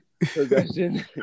Progression